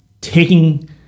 taking